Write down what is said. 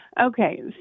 Okay